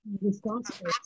responsible